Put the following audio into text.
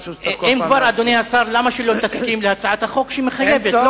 אדוני השר, למה שלא תסכים להצעת החוק שמחייבת?